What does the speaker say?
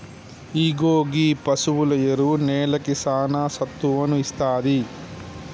ఇగో గీ పసువుల ఎరువు నేలకి సానా సత్తువను ఇస్తాది